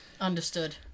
understood